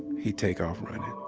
he take off running.